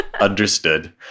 Understood